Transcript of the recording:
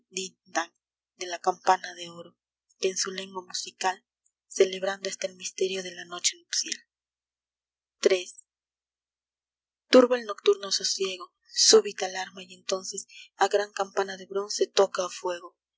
dan de la campana de oro que en su lengua musical celebrando está el misterio de la noche nupcial iii turba el nocturno sosiego súbita alarma y entonces a gran campana de bronce toca a fuego